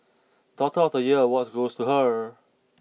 daughter of the year award goes to her